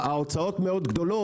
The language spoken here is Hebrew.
ההוצאות גדולות מאוד,